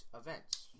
events